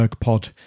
pod